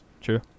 true